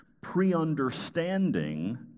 pre-understanding